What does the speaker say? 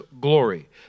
glory